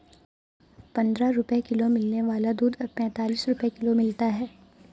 पंद्रह रुपए किलो मिलने वाला दूध अब पैंतालीस रुपए किलो मिलता है